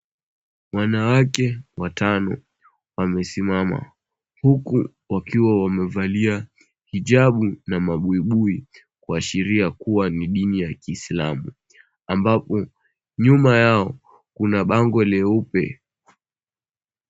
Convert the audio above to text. Wanawake watano wamesimama, huku wakiwa wamevalia hijabu na mabuibui kuashiria kuwa ni dini ya kiisilamu. Ambapo nyuma yao kuna bango leupe.